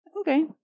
Okay